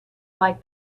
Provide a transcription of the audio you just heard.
like